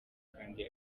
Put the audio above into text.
kandi